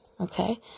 Okay